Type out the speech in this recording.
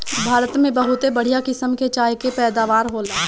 भारत में बहुते बढ़िया किसम के चाय के पैदावार होला